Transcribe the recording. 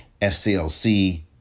SCLC